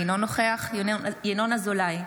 אינו נוכח ינון אזולאי,